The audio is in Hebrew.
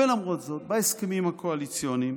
ולמרות זאת, בהסכמים הקואליציוניים